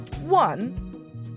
one